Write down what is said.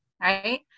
right